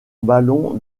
ballon